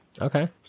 Okay